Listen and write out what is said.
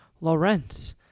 Lawrence